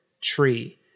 tree